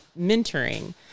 mentoring